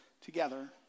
together